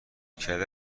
کرده